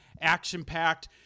action-packed